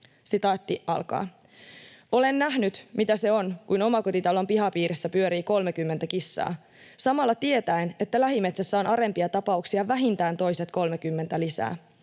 puolesta: ”Olen nähnyt, mitä se on, kun omakotitalon pihapiirissä pyörii 30 kissaa, samalla tietäen, että lähimetsässä on arempia tapauksia vähintään toiset 30 lisää.